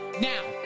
Now